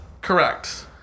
correct